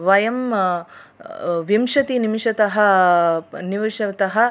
वयं विंशतिनिमेषतः निमेषतः